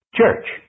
church